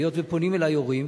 היות שפונים אלי הורים,